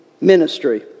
ministry